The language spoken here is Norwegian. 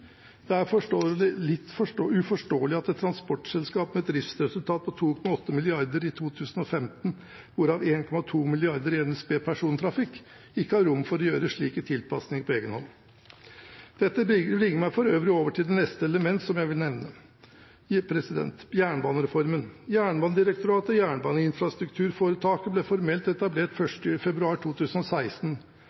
subsidiene. Det er litt uforståelig at et transportselskap med et driftsresultat på 2,8 mrd. kr i 2015 – hvorav 1,2 mrd. kr i NSB persontrafikk ikke har rom for å gjøre slike tilpasninger på egen hånd. Dette bringer meg for øvrig over til det neste elementet jeg vil nevne – jernbanereformen. Jernbanedirektoratet og Jernbaneinfrastrukturforetaket ble formelt etablert 1. februar 2016.